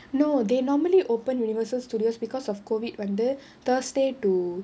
no they normally open universal studios because of COVID வந்து:vanthu thursday to